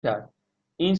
کرد، این